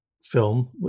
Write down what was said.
film